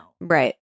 Right